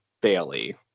bailey